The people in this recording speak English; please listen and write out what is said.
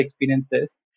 experiences